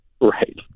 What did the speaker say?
Right